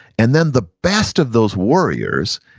and then the best of those warriors,